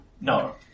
No